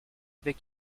avec